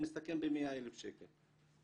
זה מסתכם ב-100,000 שקל.